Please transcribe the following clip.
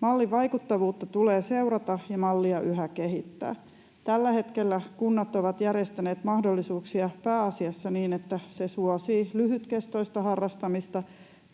Mallin vaikuttavuutta tulee seurata ja mallia yhä kehittää. Tällä hetkellä kunnat ovat järjestäneet mahdollisuuksia pääasiassa niin, että se suosii lyhytkestoista harrastamista